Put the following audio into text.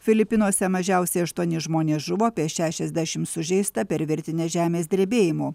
filipinuose mažiausiai aštuoni žmonės žuvo apie šešiasdešimt sužeista per virtinę žemės drebėjimų